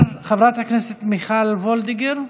מיכל וולדיגר,